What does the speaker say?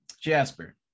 Jasper